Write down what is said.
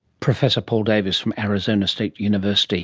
professor paul davies from arizona state university